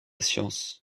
science